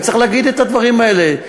וצריך להגיד את הדברים האלה.